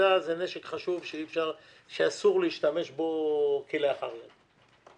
ששביתה זה נשק ואסור להשתמש בו כלאחר יד.